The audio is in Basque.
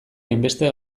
hainbeste